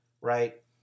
right